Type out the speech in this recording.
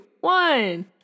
one